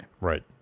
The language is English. Right